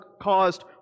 caused